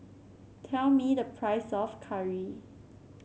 tell me the price of curry